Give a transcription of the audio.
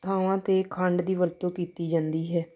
ਥਾਵਾਂ 'ਤੇ ਖੰਡ ਦੀ ਵਰਤੋਂ ਕੀਤੀ ਜਾਂਦੀ ਹੈ